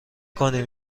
کنیم